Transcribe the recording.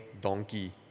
donkey